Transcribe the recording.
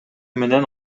менен